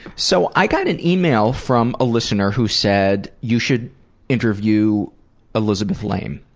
so i got an email from a listener who said, you should interview elizabeth laime.